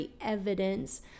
Evidence